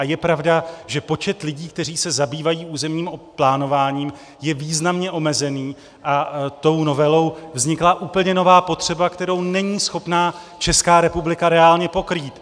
A je pravda, že počet lidí, kteří se zabývají územním plánováním, je významně omezený a tou novelou vznikla úplně nová potřeba, kterou není schopná Česká republika reálně pokrýt.